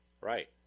right